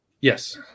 Yes